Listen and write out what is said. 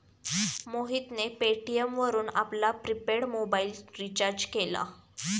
मोहितने पेटीएम वरून आपला प्रिपेड मोबाइल रिचार्ज केला